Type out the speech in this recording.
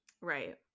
Right